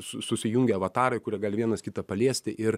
su susijungia avatarai kurie gali vienas kitą paliesti ir